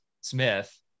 Smith